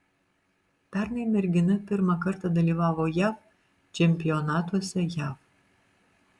pernai mergina pirmą kartą dalyvavo jav čempionatuose jav